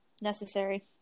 necessary